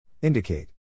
Indicate